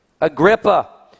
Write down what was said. Agrippa